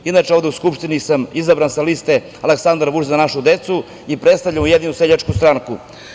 Inače, ovde u Skupštini sam izabran sa liste Aleksandar Vučić – Za našu decu i predstavljam Ujedinjenu seljačku stranku.